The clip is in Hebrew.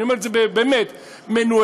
אני אומר את זה באמת: מנוהלת,